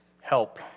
help